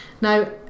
Now